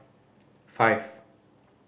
five